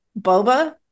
boba